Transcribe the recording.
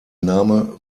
name